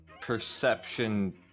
perception